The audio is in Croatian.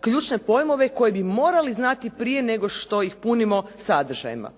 ključne pojmove koje bi morali znati prije nego što ih punimo sadržajima.